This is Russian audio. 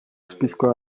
списку